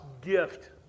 gift